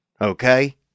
okay